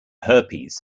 herpes